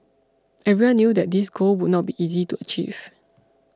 everyone knew that this goal would not be easy to achieve